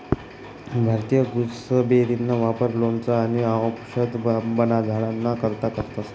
भारतीय गुसबेरीना वापर लोणचं आणि आवषद बनाडाना करता करतंस